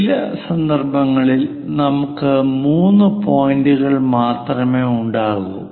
ചില സന്ദർഭങ്ങളിൽ നമുക്ക് മൂന്ന് പോയിന്റുകൾ മാത്രമേ ഉണ്ടാകൂ